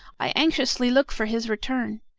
i anxiously look for his return.